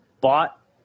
bought